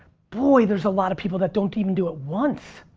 boy, there's a lot of people that don't even do it once.